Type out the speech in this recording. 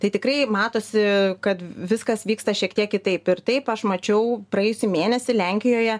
tai tikrai matosi kad viskas vyksta šiek tiek kitaip ir taip aš mačiau praėjusį mėnesį lenkijoje